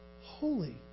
holy